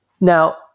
Now